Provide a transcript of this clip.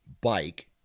bike